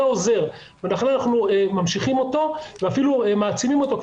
עוזר ולכן אנחנו ממשיכים אותו ואפילו מעצימים אותו,